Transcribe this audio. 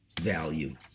value